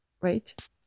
right